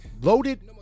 Loaded